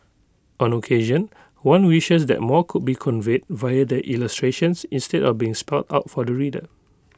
on occasion one wishes that more could be conveyed via the illustrations instead of being spelt out for the reader